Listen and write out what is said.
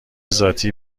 ذاتی